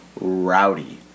rowdy